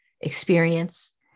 experience